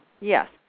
Yes